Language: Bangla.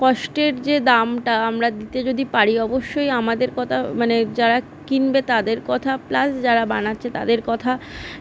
কষ্টের যে দামটা আমরা দিতে যদি পারি অবশ্যই আমাদের কথা মানে যারা কিনবে তাদের কথা প্লাস যারা বানাচ্ছে তাদের কথা